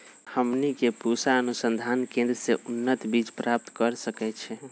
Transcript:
हमनी के पूसा अनुसंधान केंद्र से उन्नत बीज प्राप्त कर सकैछे?